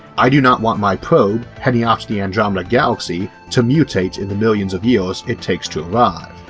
i do not want my probe heading off to the andromeda galaxy to mutate in the millions of years it takes to arrive.